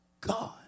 God